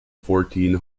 fourteen